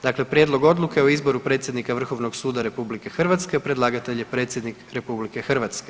Dakle, - Prijedlog Odluke o izboru predsjednika Vrhovnog suda RH Predlagatelj je Predsjednik RH.